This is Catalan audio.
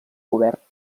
cobert